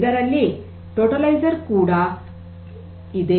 ಇದರಲ್ಲಿ ಟೋಟಲೈಜರ್ ಕೂಡ ಇದೆ